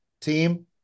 team